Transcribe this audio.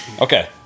Okay